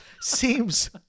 seems